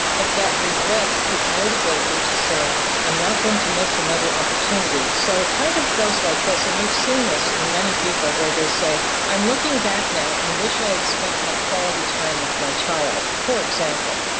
but that regret could motivate you to say i'm not going to miss another opportunity. so it kind of goes like this, and we've seen this in many people where they say i'm looking back now and wish i had spent more quality time with my child, for example.